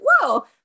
whoa